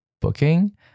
booking